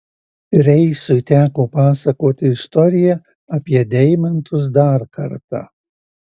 reisui teko pasakoti istoriją apie deimantus dar kartą